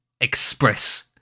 express